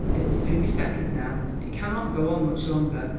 it will soon be settled now it cannot go on much longer